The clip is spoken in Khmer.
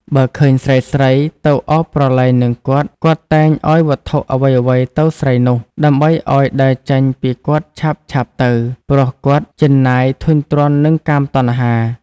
បើឃើញស្រីៗ ទៅឱបប្រឡែងនឹងគាត់ៗ តែងឲ្យវត្ថុអ្វីៗទៅស្រីនោះ ដើម្បីឲ្យដើរចេញពីគាត់ឆាប់ៗទៅ ព្រោះគាត់ជិនណាយធុញទ្រាន់នឹងកាមតណ្ហា ។